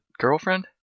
girlfriend